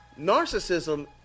Narcissism